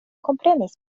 komprenis